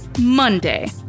Monday